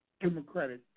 democratic